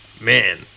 man